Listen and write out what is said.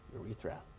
urethra